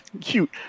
cute